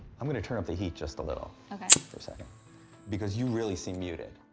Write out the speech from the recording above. i'm gonna turn up the heat just a little for a second because you really seem muted.